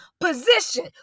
position